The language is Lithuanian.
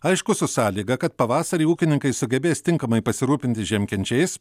aišku su sąlyga kad pavasarį ūkininkai sugebės tinkamai pasirūpinti žiemkenčiais